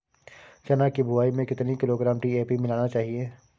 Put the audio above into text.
चना की बुवाई में कितनी किलोग्राम डी.ए.पी मिलाना चाहिए?